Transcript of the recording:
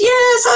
Yes